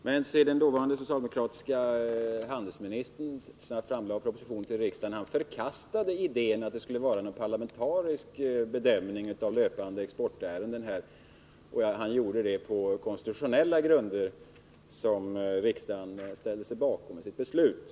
Men den dåvarande, socialdemokratiske handelsministern förkastade i sin proposition idén att det skulle vara en parlamentarisk bedömning av löpande exportärenden. Han gjorde det på konstitutionella grunder, som riksdagen ställde sig bakom i sitt beslut.